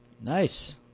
Nice